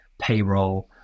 payroll